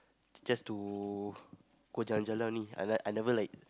just to go jalan jalan only I like I never like